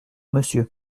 monsieur